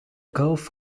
gulf